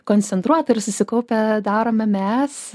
koncentruotai ir susikaupę darome mes